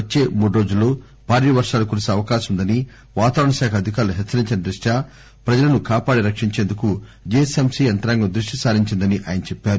వచ్చే మూడురోజుల్లో భారీ వర్షాలు కురిసే అవకాశముందని వాతావరణశాఖ అధికారులు హెచ్చరించిన దృష్ట్యా ప్రజలను కాపాడి రక్షించేందుకు జిహెచ్ఎంసి యంత్రాంగం దృష్టి సారించిందని ఆయన చెప్పారు